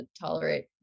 tolerate